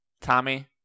Tommy